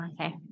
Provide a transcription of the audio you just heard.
Okay